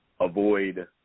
avoid